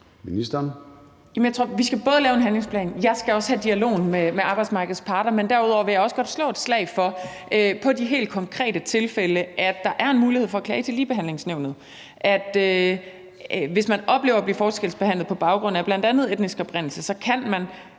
Halsboe-Jørgensen): Jeg tror både, vi skal lave en handlingsplan, og at jeg også skal have dialogen med arbejdsmarkedets parter, men derudover vil jeg også godt slå et slag for, at der i de helt konkrete tilfælde er en mulighed for at klage til Ligebehandlingsnævnet, at man, hvis man oplever at blive forskelsbehandlet på baggrund af bl.a. etnisk oprindelse, så altid